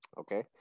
Okay